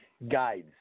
Guides